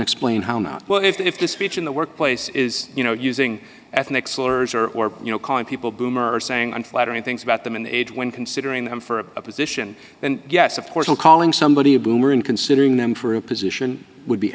explain how not what if the speech in the workplace is you know using ethnic slurs or or you know calling people boom or saying unflattering things about them in age when considering them for a position and yes of course i'm calling somebody a boomer and considering them for a position would be